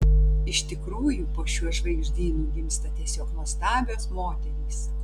iš tikrųjų po šiuo žvaigždynu gimsta tiesiog nuostabios moterys